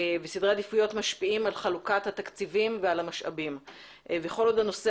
וסדרי עדיפויות משפיעים על חלוקת התקציבים ועל המשאבים וכל עוד הנושא